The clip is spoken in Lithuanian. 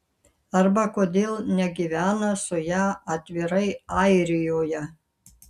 arba kodėl negyvena su ja atvirai airijoje